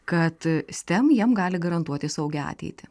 kad steam jiem gali garantuoti saugią ateitį